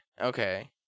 Okay